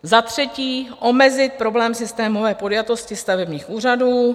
Za třetí omezit problém systémové podjatosti stavebních úřadů.